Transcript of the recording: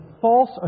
false